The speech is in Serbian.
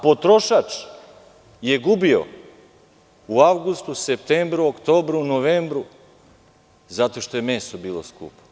Potrošač je gubio u avgustu, septembru, oktobru, novembru – zato što je meso bilo skupo.